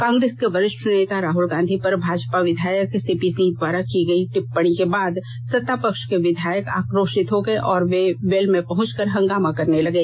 कांग्रेस के वरिष्ठ नेता राहल गांधी पर भाजपा विधायक सीपी सिंह द्वारा की गयी टिप्पणी के बाद सत्ता पक्ष के विधायक आकोषित हो गये और वे वेल में पहुंच कर हंगामा करने लगे